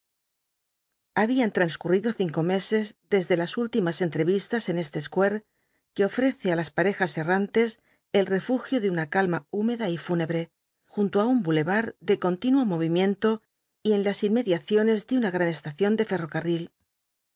habían transcurrido cinco meses desde las últimas entrevistas en este sqiiare que ofrece á las parejas errantes el refugio de una calma húmeda y fúnebre junto á un bulevar de continuo movimiento y en las inmediaciones de una gran estación de ferrocarril la